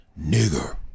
Nigger